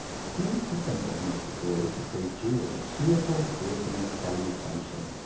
seems to think it necessary to greet you with a cheerful personal salutation.